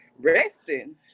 resting